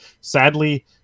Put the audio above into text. Sadly